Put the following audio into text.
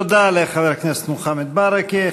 תודה לחבר הכנסת מוחמד ברכה.